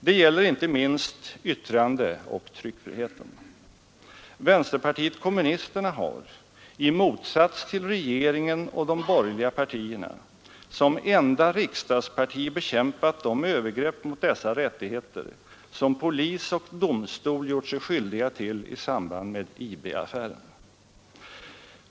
Det gäller inte minst yttrandeoch tryckfriheten. Vpk har, i motsats till regeringen och de borgerliga partierna, som enda riksdagsparti bekämpat de övergrepp mot dessa rättigheter, som polis och domstol gjort sig skyldiga till i samband med IB-affären.